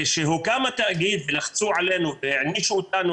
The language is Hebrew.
כשהוקם התאגיד ולחצו עלינו והענישו אותנו